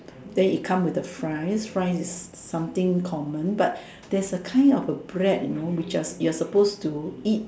then it come with a fries fries is something common but there is a kind of a bread you know which you are supposed to eat